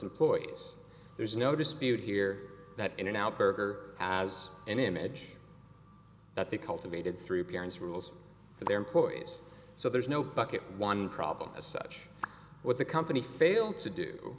employees there's no dispute here that in and out burger has an image that the cultivated through appearance rules for their employees so there's no bucket one problem as such with the company failed to